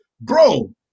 Bro